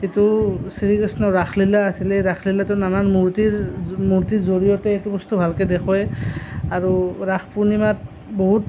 সেইটো শ্ৰী কৃষ্ণৰ ৰাসলীলা আছিলে ৰাসলীলাটোত নানান মূৰ্তিৰ মূৰ্তিৰ জড়িয়তে এইটো বস্তু ভালকৈ দেখুৱায় আৰু ৰাস পূৰ্ণিমাত বহুত